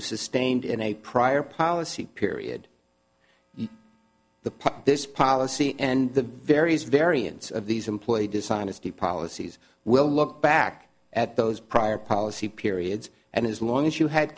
was sustained in a prior policy period the put this policy and the various variants of these employee dishonesty policies will look back at those prior policy periods and as long as you had